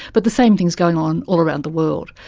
but the same thing is going on all around the world.